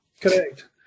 Correct